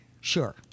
Sure